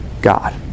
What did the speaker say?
God